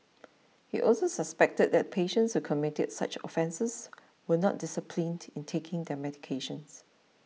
he also suspected that patients who committed such offences were not disciplined in taking their medications